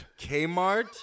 Kmart